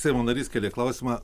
seimo narys kėlė klausimą